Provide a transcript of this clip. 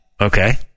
Okay